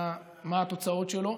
מה התוצאות שלו.